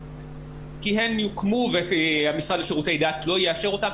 כי הן יוקמו והמשרד לשירותי דת לא יאשר אותן,